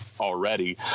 already